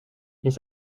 mais